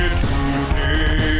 today